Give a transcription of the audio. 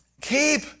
Keep